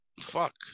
fuck